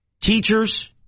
Teachers